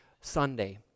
Sunday